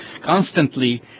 constantly